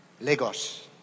Lagos